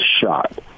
shot